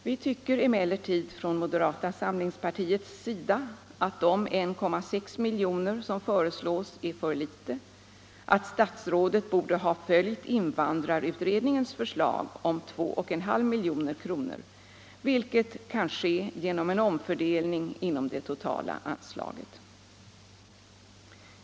Vi tycker emellertid från moderata samlingspartiets sida att de 1,6 milj.kr. som föreslås är för litet och att statsrådet borde ha följt upp invandrarutredningens förslag om 2,5 milj.kr., vilket skulle kunna ske genom en omfördelning inom det totala anslaget.